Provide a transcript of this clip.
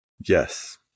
Yes